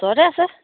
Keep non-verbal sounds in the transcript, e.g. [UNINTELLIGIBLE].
[UNINTELLIGIBLE] আছে